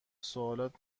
سوالات